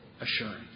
assurance